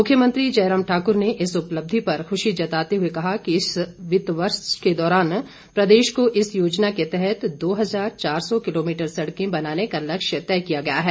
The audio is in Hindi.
मुख्यमंत्री जयराम ठाकुर ने इस उपलब्धि पर खुशी जताते हुए कहा कि चालू वित्त वर्ष के दौरान प्रदेश को इस योजना के तहत दो हज़ार चार सौ किलोमीटर सड़कें बनाने का लक्ष्य तय किया गया है